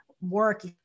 work